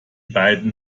beiden